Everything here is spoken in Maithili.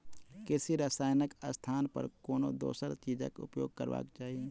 कृषि रसायनक स्थान पर कोनो दोसर चीजक उपयोग करबाक चाही